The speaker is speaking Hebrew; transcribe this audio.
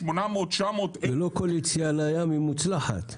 ולא כל יציאה לים היא מוצלחת.